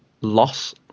loss